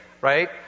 right